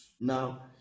Now